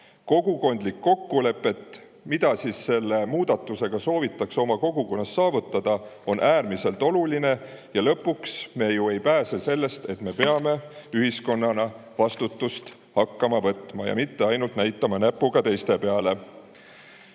Kogukondlik kokkulepe, mida selle muudatusega soovitakse oma kogukonnas saavutada, on äärmiselt oluline. Ja lõpuks me ju ei pääse sellest, et peame ühiskonnana hakkama vastutust võtma, mitte ainult näitama näpuga teiste peale.